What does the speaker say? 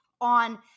on